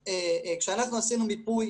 עשינו מיפוי,